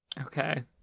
Okay